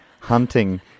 hunting